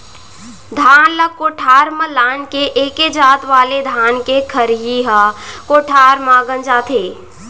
धान ल कोठार म लान के एके जात वाले धान के खरही ह कोठार म गंजाथे